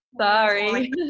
sorry